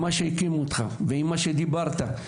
עם מה שהקמת ועם מה שדיברת,